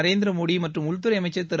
நரேந்திரமோடி மற்றும் உள்துறை அமைச்சர் திரு